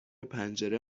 پنجره